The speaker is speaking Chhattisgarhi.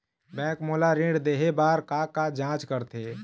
बैंक मोला ऋण देहे बार का का जांच करथे?